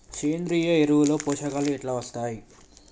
సేంద్రీయ ఎరువుల లో పోషకాలు ఎట్లా వత్తయ్?